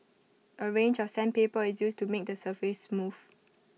A range of sandpaper is used to make the surface smooth